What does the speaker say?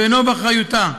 ואינו באחריותה.